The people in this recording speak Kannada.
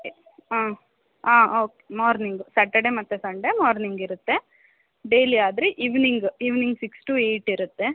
ಹಾ ಹಾಂ ಓಕೆ ಮಾರ್ನಿಂಗ್ ಸ್ಯಾಟರ್ಡೆ ಮತ್ತು ಸಂಡೇ ಮಾರ್ನಿಂಗ್ ಇರುತ್ತೆ ಡೈಲಿ ಆದರೆ evening evening six to eight ಇರುತ್ತೆ